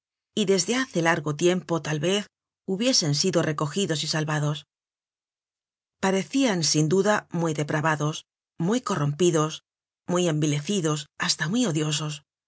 y desde hace largo tiempo tal vez hubiesen sido recogidos y salvados parecian sin duda muy depravados muy corrompidos muy envilecidos hasta muy odiosos